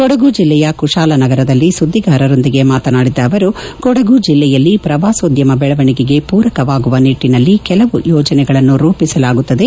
ಕೊಡಗು ಜಿಲ್ಲೆಯ ಕುಶಾಲನಗರದಲ್ಲಿ ಸುದ್ಗಿಗಾರರೊಂದಿಗೆ ಮಾತನಾಡಿದ ಆವರು ಕೊಡಗು ಜಲ್ಲೆಯಲ್ಲಿ ಪ್ರವಾಸೋದ್ಯಮ ಬೆಳವಣಿಗೆಗೆ ಪೂರಕವಾಗುವ ನಿಟ್ಟನಲ್ಲಿ ಕೆಲವು ಯೋಜನೆಗಳನ್ನು ರೂಪಿಸಲಾಗುತ್ತದೆ